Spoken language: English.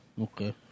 Okay